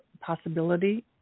possibility